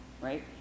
right